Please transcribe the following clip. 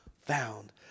found